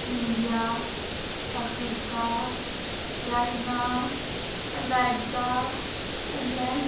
India Africa China America England